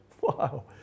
Wow